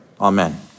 Amen